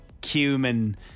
cumin